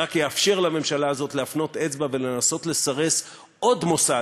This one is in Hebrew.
זה רק יאפשר לממשלה הזאת להפנות אצבע ולנסות לסרס עוד מוסד,